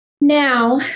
Now